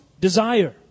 desire